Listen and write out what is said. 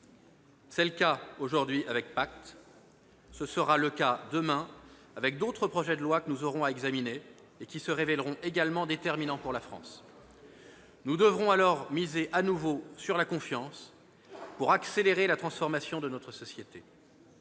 C'est le cas, aujourd'hui, avec la loi PACTE, et ce sera le cas, demain, avec d'autres projets de loi que nous aurons à examiner et qui se révéleront également déterminants pour la France. Nous devrons alors miser de nouveau sur la confiance, pour accélérer la transformation de notre société.